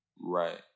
Right